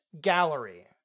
Gallery